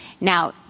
Now